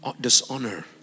dishonor